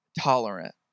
tolerant